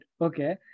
okay